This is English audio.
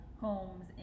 homes